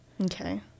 okay